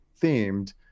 themed